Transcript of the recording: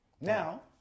Now